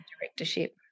directorship